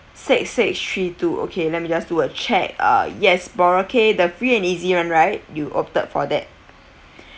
six six three two okay let me just do a check uh yes boracay the free and easy one right you opted for that